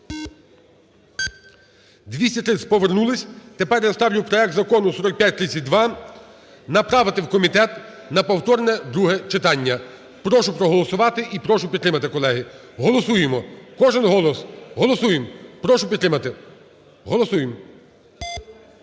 За-230 Повернулися. Тепер я ставлю проект Закону 4532 направити в комітет на повторне друге читання. Прошу проголосувати і прошу підтримати, колеги. Голосуємо, кожен голос, голосуємо. Прошу підтримати, голосуємо.